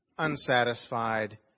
unsatisfied